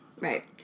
Right